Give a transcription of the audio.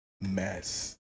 mess